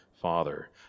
Father